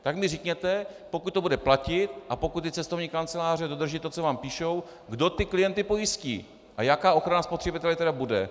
Tak mi řekněte, pokud to bude platit a pokud cestovní kanceláře dodrží to, co vám píší, kdo ty klienty pojistí a jaká ochrana spotřebitele tedy bude.